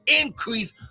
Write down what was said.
increase